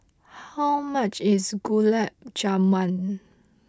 how much is Gulab Jamun